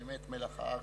באמת מלח הארץ.